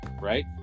right